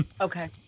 Okay